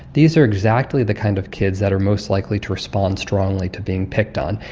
these are exactly the kind of kids that are most likely to respond strongly to being picked on,